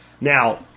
Now